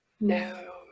no